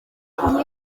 mukobwa